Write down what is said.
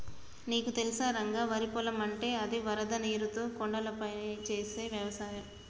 నీకు తెలుసా రంగ వరి పొలం అంటే అది వరద నీరుతో కొండలపై చేసే వ్యవసాయం